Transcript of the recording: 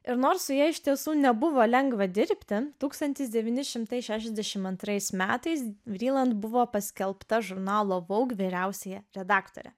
ir nors su ja iš tiesų nebuvo lengva dirbti tūkstantis devyni šimtai šešiasdešimt antrais metais vriland buvo paskelbta žurnalo vogue vyriausiąja redaktore